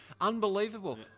Unbelievable